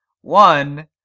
One